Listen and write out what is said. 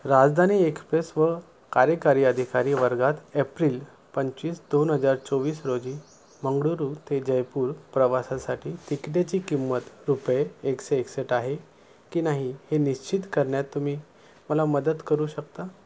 राजधानी एक्सप्रेसवर कार्यकारी अधिकारी वर्गात एप्रिल पंचवीस दोन हजार चोवीस रोजी मंगळुरू ते जयपूर प्रवासासाठी तिकीटेची किंमत रुपये एकशे एकसष्ट आहे की नाही हे निश्चित करण्यात तुम्ही मला मदत करू शकता